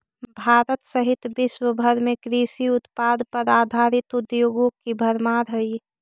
भारत सहित विश्व भर में कृषि उत्पाद पर आधारित उद्योगों की भरमार हई